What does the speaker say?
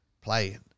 playing